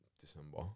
December